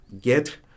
get